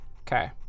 Okay